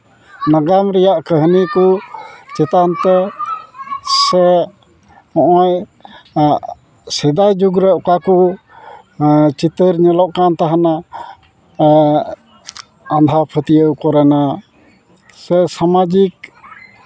ᱱᱟᱜᱟᱢ ᱨᱮᱭᱟᱜ ᱠᱟᱹᱦᱱᱤ ᱠᱚ ᱪᱮᱛᱟᱱᱛᱮ ᱥᱮ ᱱᱚᱜᱼᱚᱭ ᱥᱮᱫᱟᱭ ᱡᱩᱜᱽ ᱨᱮ ᱚᱠᱟ ᱠᱚ ᱪᱤᱛᱟᱹᱨ ᱧᱮᱞᱚᱜ ᱠᱟᱱ ᱛᱟᱦᱮᱱᱟ ᱟᱸᱫᱷᱟᱯᱟᱹᱛᱤᱭᱟᱹᱣ ᱠᱚᱨᱮᱱᱟᱜ ᱥᱮ ᱥᱟᱢᱟᱡᱤᱠ